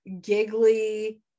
giggly